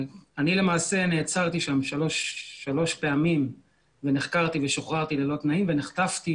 אני למעשה נעצרתי שם שלוש פעמים ונחקרתי ושוחררתי ללא תנאים ונחטפתי,